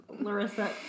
Larissa